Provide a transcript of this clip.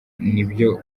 nibyo